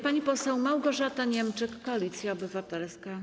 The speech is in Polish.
Pani poseł Małgorzata Niemczyk, Koalicja Obywatelska.